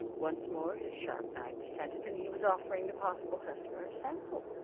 once more his sharp knife descended and he was offering the possible customer a sample.